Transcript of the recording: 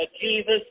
Jesus